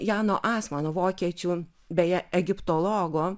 jano asmano vokiečių beje egiptologo